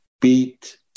beat